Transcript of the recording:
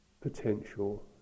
potential